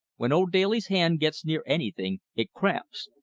when old daly's hand gets near anything, it cramps.